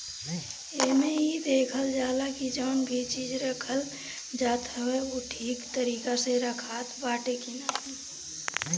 एमे इ देखल जाला की जवन भी चीज रखल जात हवे उ ठीक तरीका से रखात बाटे की नाही